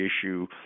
issue